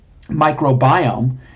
microbiome